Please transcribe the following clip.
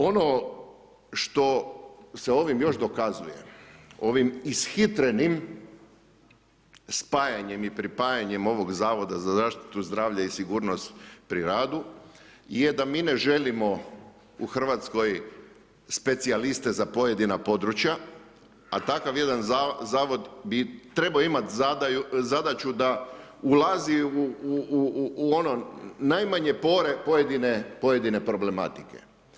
Ono što se ovim još dokazuje, ovim ishitrenim spajanjem i pripajanjem ovoga Zavod za zaštitu zdravlja i sigurnost pri radu je da mi ne želimo u RH specijaliste za pojedina područja, a takav jedan Zavod bi trebao imati zadaću da ulazi u ono najmanje pore pojedine problematike.